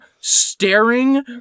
staring